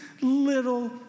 little